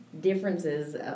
differences